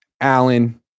Allen